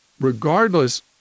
regardless